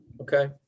Okay